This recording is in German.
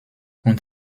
und